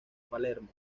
palermo